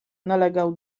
nalegał